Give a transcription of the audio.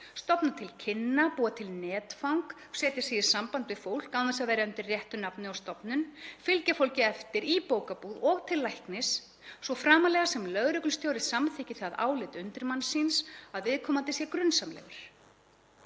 stofna til kynna, búa til netfang, setja sig í samband við fólk án þess að vera undir sínu rétta nafni eða stofnunar, fylgja fólki eftir í bókabúð og til læknis, svo framarlega sem lögreglustjóri samþykki það álit undirmanns síns að viðkomandi sé grunsamlegur.